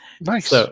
Nice